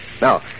Now